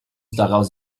daraus